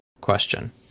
question